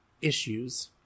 issues